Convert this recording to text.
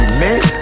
man